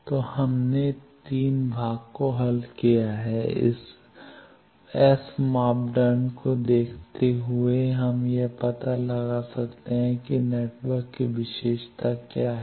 तो हमने 3 भाग को हल किया है एस मापदंड को देखते हुए हम यह पता लगा सकते हैं कि नेटवर्क की विशेषता क्या है